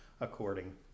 according